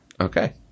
Okay